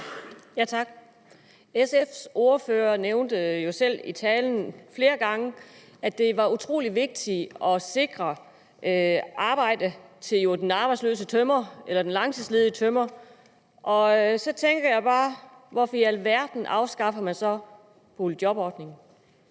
SF's ordfører nævnte jo selv i talen flere gange, at det var utrolig vigtigt at sikre arbejde til den arbejdsløse tømrer eller den langtidsledige tømrer. Så tænker jeg bare: Hvorfor i alverden afskaffer man så boligjobordningen?